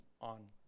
on